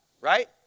right